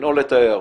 לנעול את ההערות.